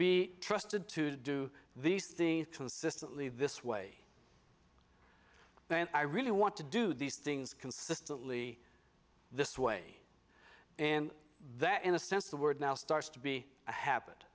be trusted to do these things consistently this way then i really want to do these things consistently this way and that in a sense the word now starts to be a habit